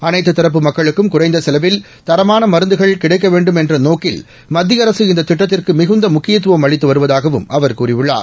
அனைத்து தரப்பு மக்களுக்கும் குறைந்த செலவில் தரமான மருந்துகள் கிடைக்க வேண்டும் என்ற நோக்கில் மத்திய அரசு இந்த திட்டத்திற்கு மிகுந்த முக்கியத்துவம் அளித்து வருவதாகவும் அவர் கூறியுள்ளார்